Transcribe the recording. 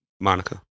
Monica